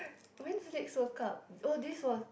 when is next the World Cup oh this was